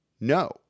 no